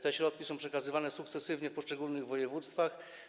Te środki są przekazywane sukcesywnie w poszczególnych województwach.